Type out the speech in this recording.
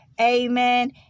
Amen